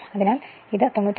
അതിനാൽ ഇത് 96